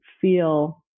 feel